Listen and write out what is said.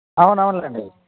అవునవునులేండి